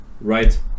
Right